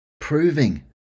proving